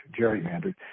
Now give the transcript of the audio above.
gerrymandered